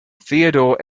theodore